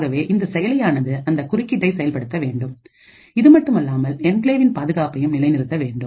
ஆகவே இந்த செயலியானது அந்த குறுக்கீட்டை செயல்படுத்தவேண்டும் இதுமட்டுமல்லாமல் என்கிளேவின் பாதுகாப்பையும் நிலைநிறுத்த வேண்டும்